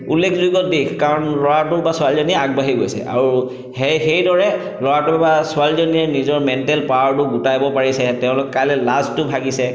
উল্লেখযোগ্য দিশ কাৰণ ল'ৰাটো বা ছোৱালীজনীয়ে আগবাঢ়ি গৈছে আৰু সেই সেইদৰে ল'ৰাটো বা ছোৱালীজনীয়ে নিজৰ মেণ্টেল পাৱাৰটো গোটাব পাৰিছে তেওঁলোকৰ কাইলৈ লাজটো ভাগিছে